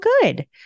good